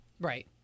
Right